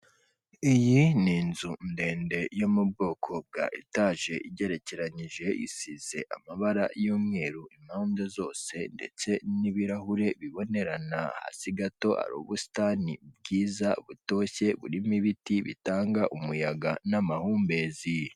Iyi ni inzu ndende yo mu bwoko etaje igerekeranyije isize amabara y'umweru impande zose ndetse n'ibirahure bibonerana hasi gato hari ubusitani bwiza butoshye burimo ibiti bitanga umuyaga n'amahumbezi.